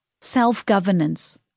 self-governance